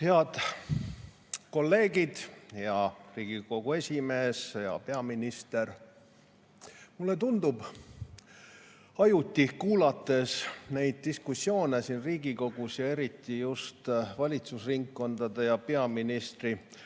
Head kolleegid! Hea Riigikogu esimees! Hea peaminister! Mulle tundub ajuti, kuulates neid diskussioone siin Riigikogus ja eriti just valitsusringkondade ja peaministri